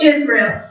Israel